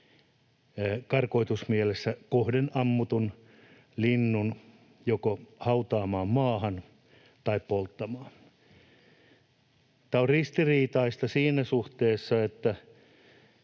karkotusmielessä kohden ammutun linnun joko hautaamaan maahan tai polttamaan. Tämä on ristiriitaista siinä suhteessa, että